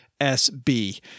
SB